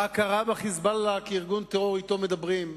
ההכרה ב"חיזבאללה" כארגון טרור, שאתו מדברים,